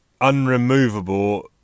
unremovable